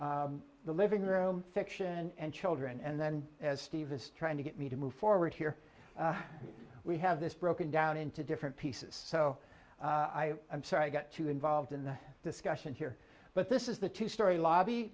have the living room fiction and children and then as steve is trying to get me to move forward here we have this broken down into different pieces so i'm sorry i get too involved in the discussion here but this is the two story lobby